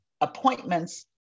appointments